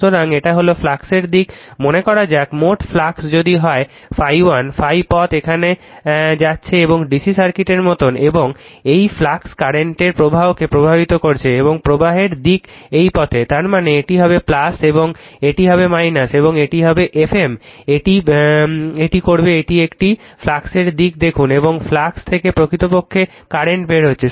সুতরাং এটা হল ফ্লাক্সের দিক মনে করা যাক মোট ফ্লাক্স যদি হয় ∅1 ∅ পথ এখানে যাচ্ছে এবং DC সার্কিটের মত এবং এই ফ্লাক্স কারেন্টর প্রবাহকে প্রবাহিত করছে এবং প্রবাহের দিক এই পথে তার মানে এটি হবে এবং এটি হবে এবং এটি হবে F m এটি করবে এটি একটি ফ্লাক্সের দিক দেখুন এবং ফ্লাক্স থেকে প্রকৃতপক্ষে কারেন্ট বের হচ্ছে